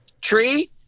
tree